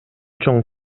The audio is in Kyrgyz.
чоң